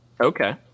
Okay